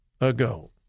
ago